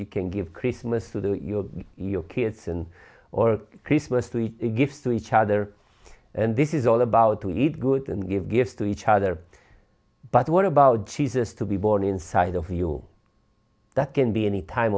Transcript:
you can give christmas with your kids and or christmas tree to give to each other and this is all about to eat good and give gifts to each other but what about jesus to be born inside of you that can be any time